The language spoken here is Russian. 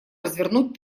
развернуть